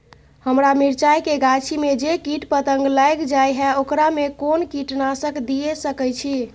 हमरा मिर्चाय के गाछी में जे कीट पतंग लैग जाय है ओकरा में कोन कीटनासक दिय सकै छी?